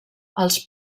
als